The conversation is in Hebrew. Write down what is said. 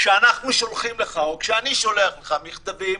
כשאנחנו שולחים לך או כשאני שולח לך מכתבים